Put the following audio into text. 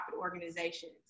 organizations